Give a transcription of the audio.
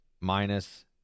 minus